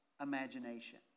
imagination